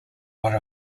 one